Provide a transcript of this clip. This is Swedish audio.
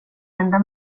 enda